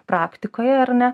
praktikoje ar ne